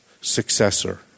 successor